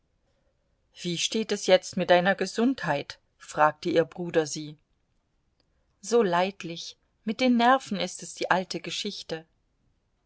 wie steht es jetzt mit deiner gesundheit fragte ihr bruder sie so leidlich mit den nerven ist es die alte geschichte